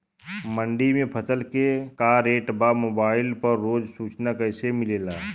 मंडी में फसल के का रेट बा मोबाइल पर रोज सूचना कैसे मिलेला?